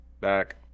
Back